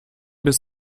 bis